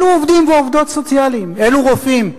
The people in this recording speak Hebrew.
אלה העובדים והעובדות הסוציאליים, אלו רופאים.